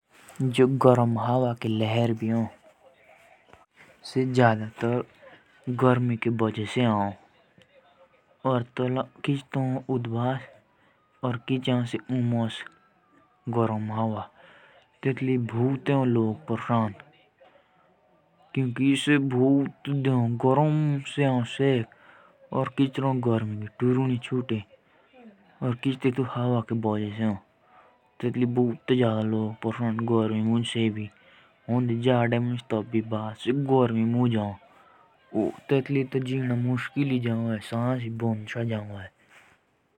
जो गरम हवा के लहर भी हो सेओ गोरम जागे दी तोन्दे जागे के दोबोक चालो। एतू गरम हावक आमार दोने लुह बोलो एतुलिया बिमार भी हो पो के की ये सुके हो।